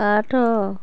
ଆଠ